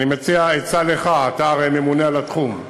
אני מציע עצה לך, אתה הרי ממונה על התחום: